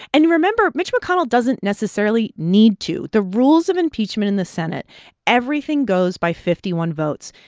and remember mitch mcconnell doesn't necessarily need to. the rules of impeachment in the senate everything goes by fifty one votes.